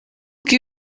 que